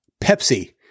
pepsi